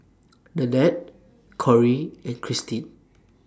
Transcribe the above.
Nanette Corey and Cristine